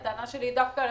הטענה שלי דווקא למשרדים,